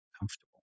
comfortable